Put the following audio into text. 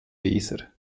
weser